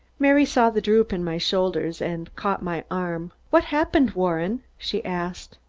mary saw the droop in my shoulders and caught my arm. what happened, warren? she asked.